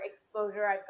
exposure